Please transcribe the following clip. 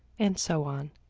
and so on.